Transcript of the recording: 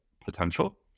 potential